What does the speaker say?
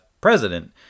president